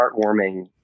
heartwarming